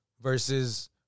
Versus